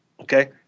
Okay